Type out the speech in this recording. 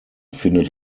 findet